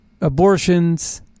abortions